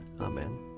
Amen